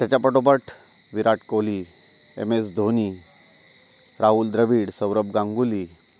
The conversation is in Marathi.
त्याच्या पाठोपाठ विराट कोहली एम एस धोनी राहुल द्रवीड सौरभ गांगुली